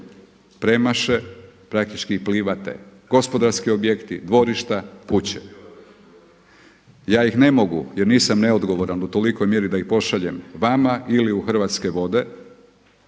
premaše, praktički plivate. Gospodarski objekti, dvorišta, kuće. Ja ih ne mogu jer nisam neodgovoran u tolikoj mjeri da ih pošaljem vama ili u Hrvatske vode.